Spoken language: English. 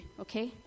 okay